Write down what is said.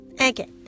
okay